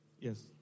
Yes